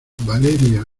valeria